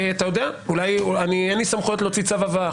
אין לי סמכויות להוציא צו הבאה,